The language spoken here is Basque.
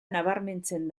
nabarmentzen